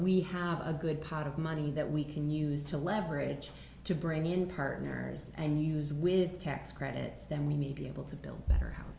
we have a good pot of money that we can use to leverage to bring in partners and use with tax credits then we may be able to build a better house